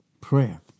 Prayer